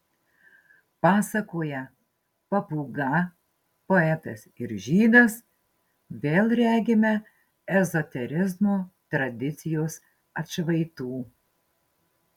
pasakoje papūga poetas ir žydas vėl regime ezoterizmo tradicijos atšvaitų